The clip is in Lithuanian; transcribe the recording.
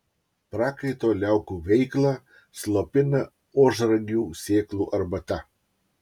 prakaito liaukų veiklą slopina ožragių sėklų arbata